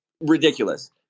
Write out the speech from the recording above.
Ridiculous